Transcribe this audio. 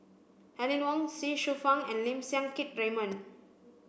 Aline Wong Ye Shufang and Lim Siang Keat Raymond